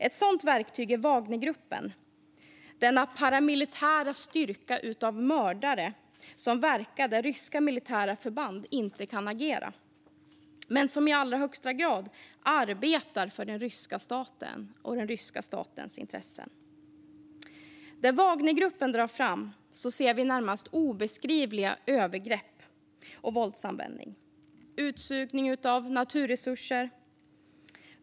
Ett sådant verktyg är Wagnergruppen, denna paramilitära styrka av mördare som verkar där ryska militära förband inte kan agera men som i allra högsta grad arbetar för den ryska staten och dess intressen. Där Wagnergruppen drar fram ser vi närmast obeskrivliga övergrepp och våldsanvändning samt utsugning av naturresurser.